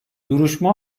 duruşma